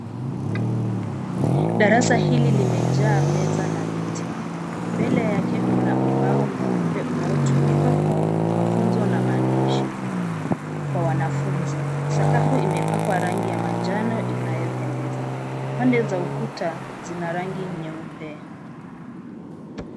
Darasa hili limejaa meza na viti. Mbele yake kuna ubao mweupe unaotumika kwa mafunzo na maadishi kwa wanafunzi . Sakafu imepakwa rangi ya manjano inayopendeza. Pande za ukuta zina rangi nyeupe.